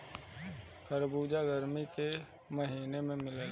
खरबूजा गरमी के महिना में मिलेला